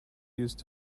used